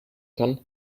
kann